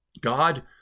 God